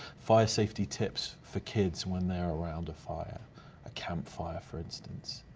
fire safety tips for kids when they're around a fire a camp fire for instance?